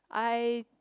I